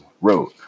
Road